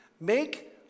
Make